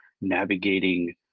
navigating